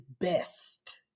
best